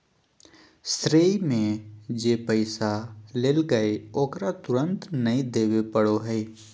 श्रेय में जे पैसा लेलकय ओकरा तुरंत नय देबे पड़ो हइ